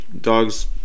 dogs